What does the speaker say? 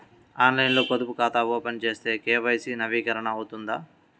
ఆన్లైన్లో పొదుపు ఖాతా ఓపెన్ చేస్తే కే.వై.సి నవీకరణ అవుతుందా?